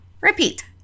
Repeat